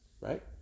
right